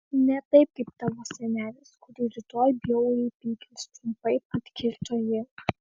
ne taip kaip tavo senelis kurį rytoj bjauriai pykins trumpai atkirto ji